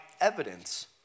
evidence